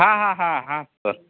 हां हां हां हां सर